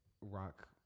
Rock